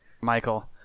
Michael